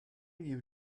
you